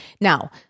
Now